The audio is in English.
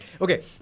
okay